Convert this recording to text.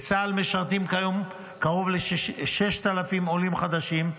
בצה"ל משרתים כיום קרוב ל-6,000 עולים חדשים.